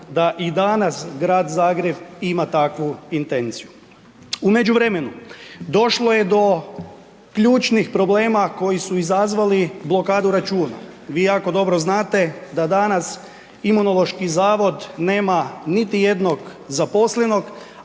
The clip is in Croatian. da i danas Grad Zagreb ima takvu intenciju. U međuvremenu, došlo je do ključnih problema koji su izazvali blokadu računa. Vi jako dobro znate da danas Imunološki zavod nema niti jednog zaposlenog,